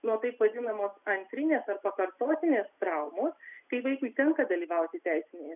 nuo taip vadinamos antrinės ar pakartotinės traumos kai vaikui tenka dalyvauti teisinėje